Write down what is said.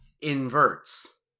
inverts